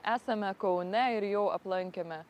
esame kaune ir jau aplankėme